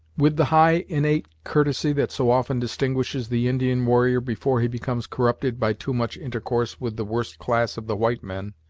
with the high innate courtesy that so often distinguishes the indian warrior before he becomes corrupted by too much intercourse with the worst class of the white men,